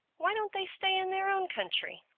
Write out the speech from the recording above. why don't they stay in their own country?